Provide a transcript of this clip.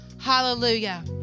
Hallelujah